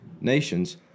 nations